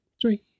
three